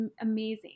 amazing